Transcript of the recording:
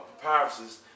papyruses